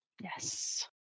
Yes